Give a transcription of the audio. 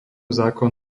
zákon